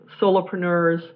solopreneurs